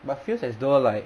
but feels as though like